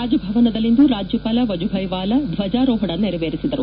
ರಾಜಭವನದಲ್ಲಿಂದು ರಾಜ್ಯಪಾಲ ವಜುಭಾಯಿ ವಾಲಾ ಧ್ವಜಾರೋಪಣ ನೆರವೇರಿಸಿದರು